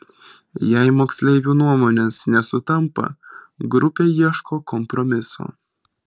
jei moksleivių nuomonės nesutampa grupė ieško kompromiso